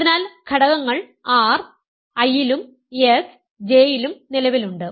അതിനാൽ ഘടകങ്ങൾ r I ലും s J യിലും നിലവിലുണ്ട്